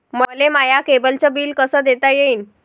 मले माया केबलचं बिल कस देता येईन?